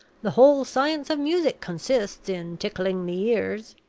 the whole science of music consists in tickling the ears.